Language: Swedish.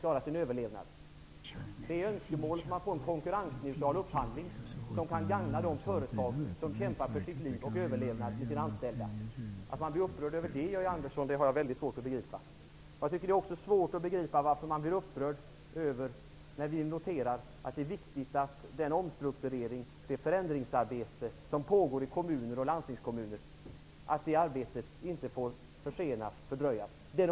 Det är ett önskemål att man får en konkurrensneutral upphandling, som kan gagna de företag som kämpar för sin överlevnad. Att man blir upprörd över detta har jag mycket svårt att förstå. Jag tycker också att det är svårt att förstå varför man blir upprörd över att vi noterar att det är viktigt att den omstrukturering och det förändringsarbete som pågår i kommuner och landstingskommuner inte får försenas.